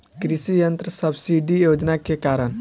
कृषि यंत्र सब्सिडी योजना के कारण?